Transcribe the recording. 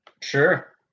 Sure